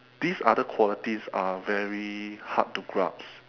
these other qualities are very hard to grasp